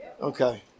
Okay